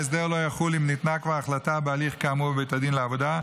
ההסדר לא יחול אם ניתנה כבר החלטה בהליך כאמור בבית הדין לעבודה,